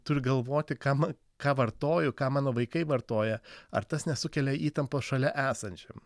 turiu galvoti kam ką vartoju ką mano vaikai vartoja ar tas nesukelia įtampos šalia esančiam